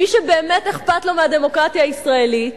מי שבאמת אכפת לו מהדמוקרטיה הישראלית,